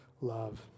love